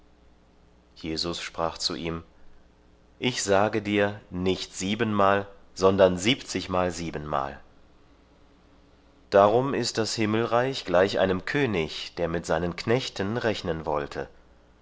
jesus sprach zu ihm ich sage dir nicht siebenmal sondern siebzigmal siebenmal darum ist das himmelreich gleich einem könig der mit seinen knechten rechnen wollte